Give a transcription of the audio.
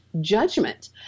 judgment